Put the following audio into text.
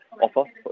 offer